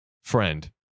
friend